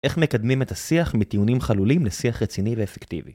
איך מקדמים את השיח בטיעונים חלולים לשיח רציני ואפקטיבי?